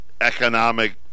economic